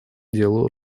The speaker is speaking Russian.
дело